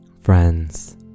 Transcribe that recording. Friends